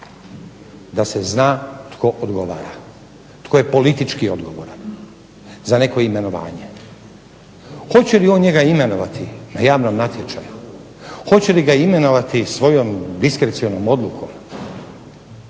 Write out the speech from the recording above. da se zna tko odgovara, tko je politički odgovoran za neko imenovanje. Hoće li on njega imenovati na javnom natječaju, hoće li ga imenovati svojom diskrecionom odlukom?